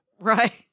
Right